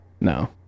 No